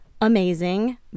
amazing